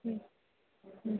ம் ம்